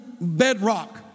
bedrock